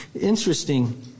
Interesting